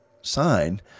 sign